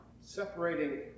separating